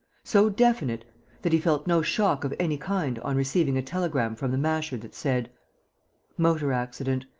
so definite that he felt no shock of any kind on receiving a telegram from the masher that said motor accident.